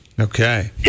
Okay